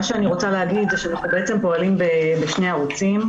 אני רוצה לומר שאנחנו פועלים בשני ערוצים.